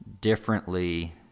differently